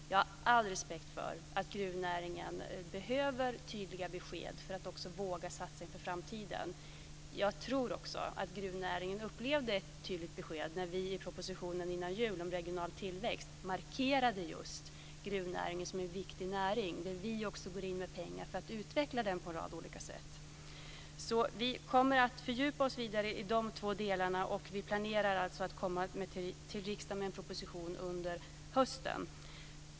Jag har all respekt för att gruvnäringen behöver tydliga besked för att våga satsa inför framtiden. Jag tror också att gruvnäringen upplevde ett tydligt besked när vi i propositionen innan jul om regional tillväxt markerade just gruvnäringen som en viktig näring. Vi går även in med pengar för att utveckla den på en rad olika sätt. Vi kommer att fördjupa oss vidare i de två delarna, och vi planerar att komma till riksdagen med en proposition under hösten.